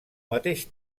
mateix